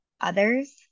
others